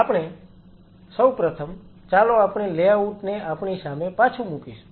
આપણે સૌ પ્રથમ ચાલો આપણે લેઆઉટ ને આપણી સામે પાછું મૂકીશું